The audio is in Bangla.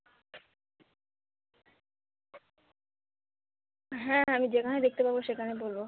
হ্যাঁ হ্যাঁ আমি যেখানে দেখতে পাবো সেখানে বলবো